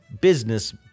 business